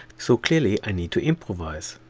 so clearly i need to improvise.